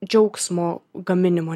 džiaugsmo gaminimo